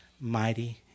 mighty